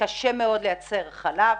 קשה מאוד לייצר חלב,